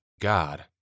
God